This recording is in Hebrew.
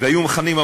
והיו מוכנים.